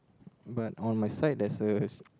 but on my side there's a